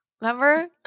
Remember